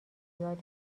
زیاد